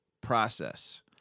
process